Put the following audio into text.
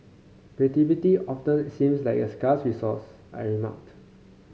creativity often seems like a scarce resource I remark